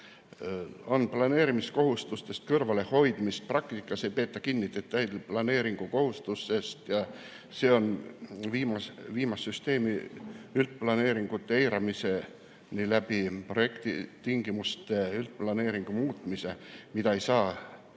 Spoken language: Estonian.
on planeerimiskohustustest kõrvalehoidmist, praktikas ei peeta kinni detailplaneeringukohustusest ja see on viimas süsteemi üldplaneeringute eiramiseni läbi projektitingimuste üldplaneeringu muutmise, mida ei saa